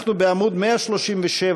אנחנו בעמוד 137,